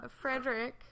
Frederick